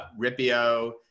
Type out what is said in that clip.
Ripio